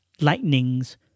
lightnings